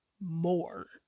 more